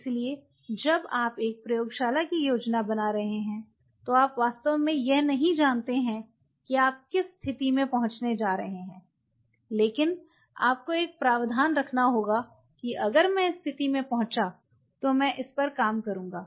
इसलिए जब आप एक प्रयोगशाला की योजना बना रहे हैं तो आप वास्तव में यह नहीं जानते हैं कि आप किस स्थिति में पहुँचने जा रहे हैं लेकिन आपको एक प्रावधान रखना होगा कि अगर मैं इस स्थिति में पहुँचा तो मैं इस पर काम करूंगा